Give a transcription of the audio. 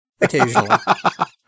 occasionally